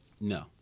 No